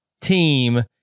team